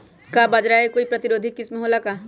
का बाजरा के कोई प्रतिरोधी किस्म हो ला का?